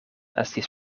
estis